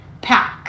pack